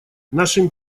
нашим